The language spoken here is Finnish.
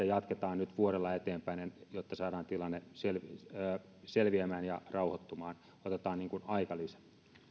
jatketaan nyt vuodella eteenpäin jotta saadaan tilanne selviämään ja rauhoittumaan otetaan niin kuin aikalisä